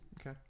Okay